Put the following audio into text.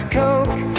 coke